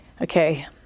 Okay